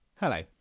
Hello